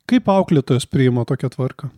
kaip auklėtojos priima tokią tvarką